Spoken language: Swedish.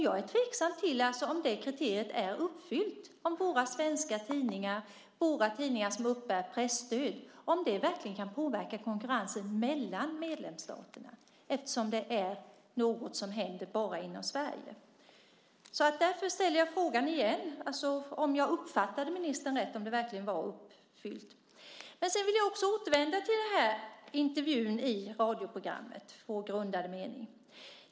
Jag är tveksam till om det kriteriet är uppfyllt, om våra svenska tidningar som uppbär presstöd verkligen kan påverka konkurrensen mellan medlemsstaterna, eftersom det är något som händer bara inom Sverige. Därför ställer jag frågan igen: Uppfattade jag ministern rätt att det fjärde kriteriet verkligen är uppfyllt? Jag vill också återvända till intervjun i radioprogrammet Vår grundade mening.